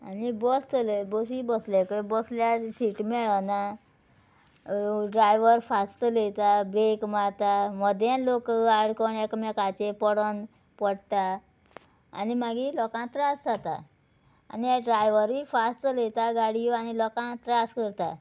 आनी बस चलय बसी बसले कडे बसल्यार सीट मेळना ड्रायवर फास्ट चलयता ब्रेक मारता मदे लोक आडकोण एकामेकाचे पडोन पडटा आनी मागीर लोकांक त्रास जाता आनी हे ड्रायवरूय फास्ट चलयता गाडयो आनी लोकांक त्रास करता